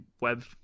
web